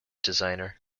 designer